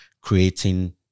creating